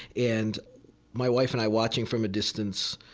and my wife and i watching from a distance,